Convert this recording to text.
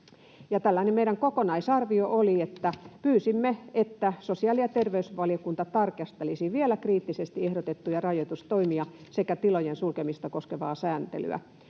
— ja meidän kokonaisarviomme oli, että pyysimme, että sosiaali- ja terveysvaliokunta vielä kriittisesti tarkastelisi ehdotettuja rajoitustoimia sekä tilojen sulkemista koskevaa sääntelyä.